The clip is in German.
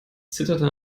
zitterte